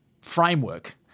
framework